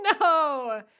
no